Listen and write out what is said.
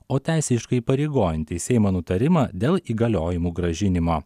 o teisiškai įpareigojantį seimo nutarimą dėl įgaliojimų grąžinimo